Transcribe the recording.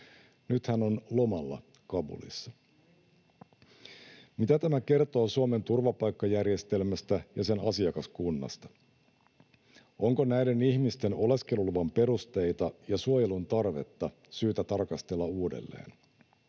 Meri: No just!] Mitä tämä kertoo Suomen turvapaikkajärjestelmästä ja sen asiakaskunnasta? Onko näiden ihmisten oleskeluluvan perusteita ja suojelun tarvetta syytä tarkastella uudelleen,